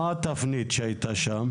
מה התפנית שהייתה שם?